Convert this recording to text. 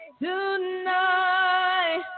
tonight